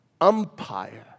umpire